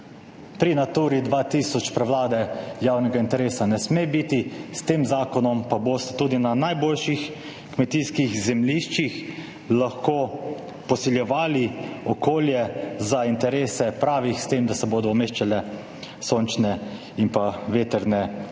Pri Naturi 2000 prevlade javnega interesa ne sme biti, s tem zakonom pa boste tudi na najboljših kmetijskih zemljiščih lahko posiljevali okolje za interese pravih, s tem, da se bodo umeščale sončne in vetrne